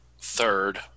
third